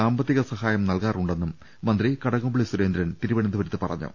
സാമ്പത്തിക സഹായം നൽകാറുണ്ടെന്നും മന്ത്രി കടകംപളളി സുരേന്ദ്രൻ തിരുവനന്തപുരത്ത് പറഞ്ഞു